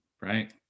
Right